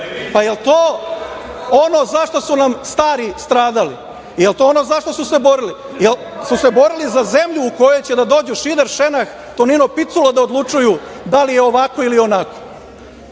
to ono za šta su nam stari stradali? Jel to ono za šta su se borili? Jel su se borili za zemlju u koju će da dođu Šiner, Šenah, Tonino Picolo da odlučuju da li je ovako ili je